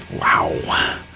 Wow